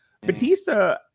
Batista